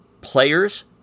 players